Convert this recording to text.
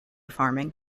farming